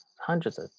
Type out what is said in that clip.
hundreds